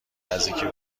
نزدیکی